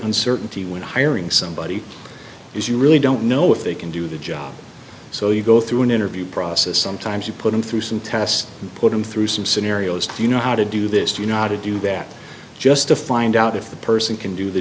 uncertainty when hiring somebody is you really don't know if they can do the job so you go through an interview process sometimes you put them through some tests and put them through some scenarios do you know how to do this you know how to do that just to find out if the person can do the